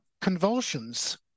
convulsions